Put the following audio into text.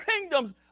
kingdoms